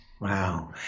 Wow